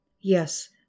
Yes